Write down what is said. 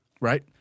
Right